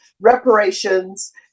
reparations